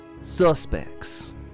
suspects